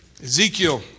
Ezekiel